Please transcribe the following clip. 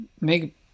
make